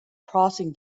crossing